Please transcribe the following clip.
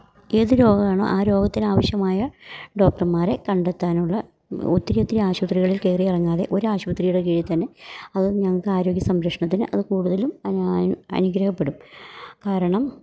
ഏതു രോഗമാണോ ആ രോഗത്തിന് ആവശ്യമായ ഡോക്ടർമാരെ കണ്ടെത്താനുള്ള ഒത്തിരി ഒത്തിരി ആശുപത്രികളിൽ കയറിയിറങ്ങാതെ ഒരാശുപത്രിയുടെ കീഴിൽ തന്നെ അതും ഞങ്ങൾക്ക് ആരോഗ്യ സംരക്ഷണത്തിന് അത് കൂടുതലും അന് അനുഗ്രഹപ്പെടും കാരണം